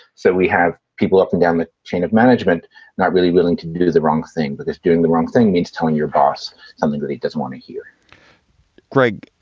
so we have people up and down the chain of management not really willing to do the wrong thing, but it's doing the wrong thing. needs telling your boss something that he doesn't want to hear greg,